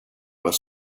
were